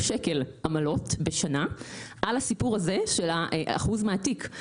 שקל בשנה עמלות בשנה על הסיפור הזה של אחוז מהתיק.